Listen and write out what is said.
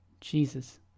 Jesus